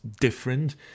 different